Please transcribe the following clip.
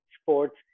sports